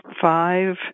five